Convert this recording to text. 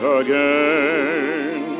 again